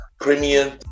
premium